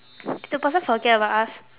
did the person forget about us